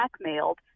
blackmailed